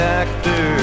actor